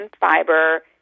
fiber